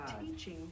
teaching